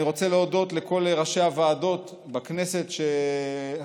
אני רוצה להודות לכל ראשי הוועדות בכנסת שפינו